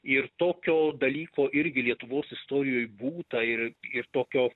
ir tokio dalyko irgi lietuvos istorijoj būta ir ir tokio